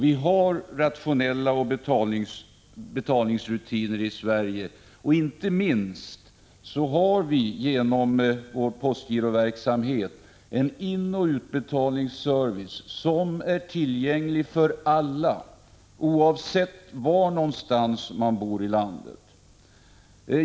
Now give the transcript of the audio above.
Vi har rationella betalningsrutiner i Sverige. Inte minst har vi genom vår postgiroverksamhet en inoch utbetalningsservice som är tillgänglig för alla oavsett var i landet man bor.